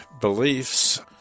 beliefs